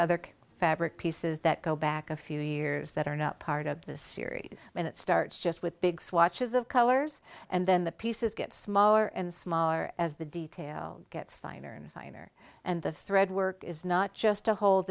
other fabric pieces that go back a few years that are not part of the series and it starts just with big swatches of colors and then the pieces get smaller and smaller as the detail gets finer and finer and the thread work is not just to hold